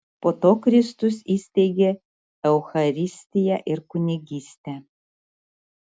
po to kristus įsteigė eucharistiją ir kunigystę